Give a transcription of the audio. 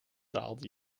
daalt